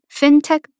Fintech